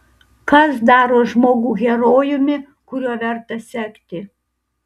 kas daro žmogų herojumi kuriuo verta sekti